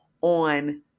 on